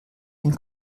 den